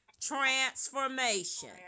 transformation